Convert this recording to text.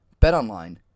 BetOnline